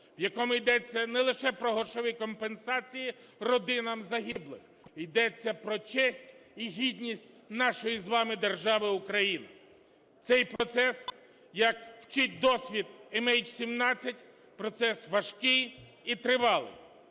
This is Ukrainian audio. в якому йдеться не лише про грошові компенсації родинам загиблих, йдеться про честь і гідність нашої з вами держави Україна. Цей процес, як вчить досвід МН-17, процес важкий і тривалий.